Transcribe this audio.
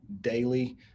daily